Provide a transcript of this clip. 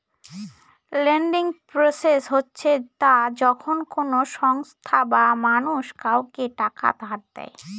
lending process হচ্ছে তা যখন কোনো সংস্থা বা মানুষ কাউকে টাকা ধার দেয়